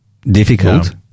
difficult